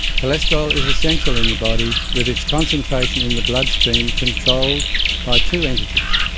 cholesterol is essential in the body with its concentration in the bloodstream controlled by two entities.